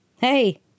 Hey